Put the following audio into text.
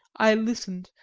i listened,